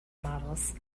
models